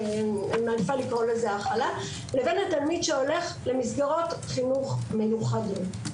אני מעדיפה לקרוא לזה הכלה לבין התלמיד שהולך למסגרות חינוך מיוחדות.